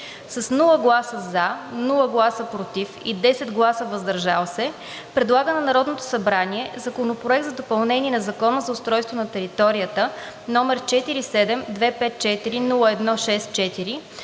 - без „за“, без „против“ и с 10 гласа „въздържал се“, предлага на Народното събрание Законопроект за допълнение на Закона за устройство на територията, № 47-254-01-64,